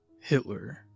Hitler